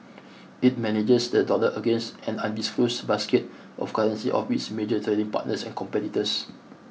it manages the dollar against an undisclosed basket of currencies of its major trading partners and competitors